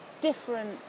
different